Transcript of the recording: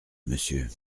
monsieur